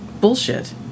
bullshit